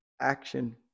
action